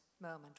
moment